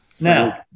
Now